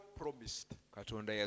promised